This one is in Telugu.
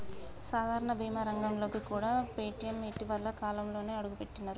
సాధారణ బీమా రంగంలోకి కూడా పేటీఎం ఇటీవలి కాలంలోనే అడుగుపెట్టినరు